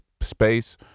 space